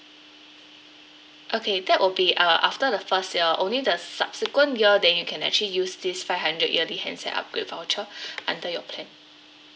okay that would be uh after the first year only the subsequent year then you can actually use this five hundred yearly handset upgrade voucher under your plan